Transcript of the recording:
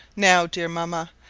now, dear mamma,